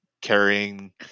carrying